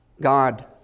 God